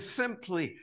simply